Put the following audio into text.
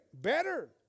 better